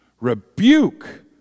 rebuke